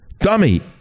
Dummy